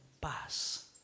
paz